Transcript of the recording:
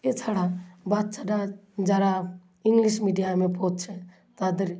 এছাড়াও বাচ্ছারা যারা ইংলিশ মিডিয়ামে পড়ছে তাদের